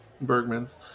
Bergman's